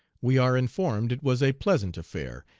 we are informed it was a pleasant affair,